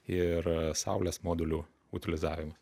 ir saulės modulių utilizavimas